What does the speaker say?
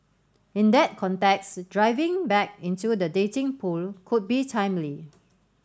in that context driving back into the dating pool could be timely